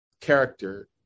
character